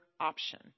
option